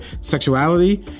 sexuality